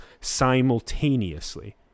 simultaneously